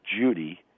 Judy